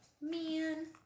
Man